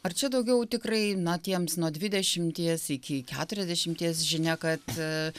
ar čia daugiau tikrai na tiems nuo dvidešimties iki keturiasdešimties žinia kad